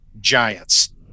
Giants